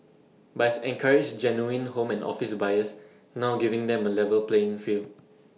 buys and courage genuine home and office buyers now giving them A level playing field